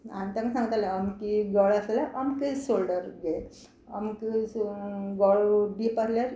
आनी तेंकां सांगतालें अमको गळो आसलो जाल्या अमकेच शोल्डर घे अमको असो गळो डीप आसल्यार